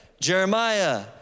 Jeremiah